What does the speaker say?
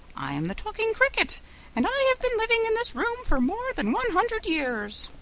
i am the talking cricket and i have been living in this room for more than one hundred years.